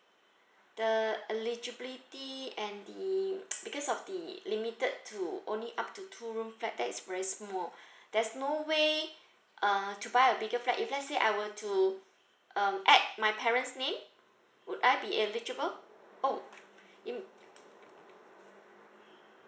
the eligibility and the because of the limited to only up to two room flat that is very small there's no way uh to buy a bigger flat if let's say I were to um add my parents' name would I be eligible oh im~